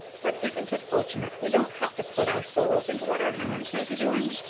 but isn't it fortunate we don't have to put our souls into what our hands may be doing?